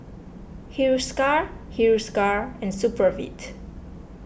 Hiruscar Hiruscar and Supravit